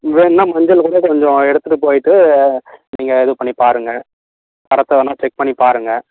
வேணும்ன்னா மஞ்சளும்கூட இப்போ கொஞ்சம் எடுத்துகிட்டு போய்ட்டு நீங்கள் இது பண்ணி பாருங்கள் வர்றப்போ வேணுணா செக் பண்ணி பாருங்கள்